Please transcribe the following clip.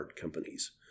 companies